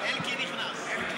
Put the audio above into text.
אלקין נכנס.